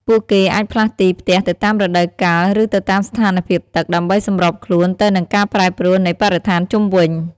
ពួកគេអាចផ្លាស់ទីផ្ទះទៅតាមរដូវកាលឬទៅតាមស្ថានភាពទឹក ដើម្បីសម្របខ្លួនទៅនឹងការប្រែប្រួលនៃបរិស្ថានជុំវិញ។